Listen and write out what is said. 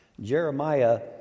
Jeremiah